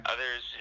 Others